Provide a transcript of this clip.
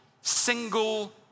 single